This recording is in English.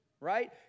right